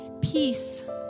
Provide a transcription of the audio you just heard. Peace